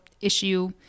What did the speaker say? issue